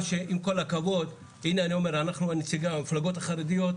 אנחנו, המפלגות החרדיות,